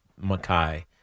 Makai